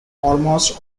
almost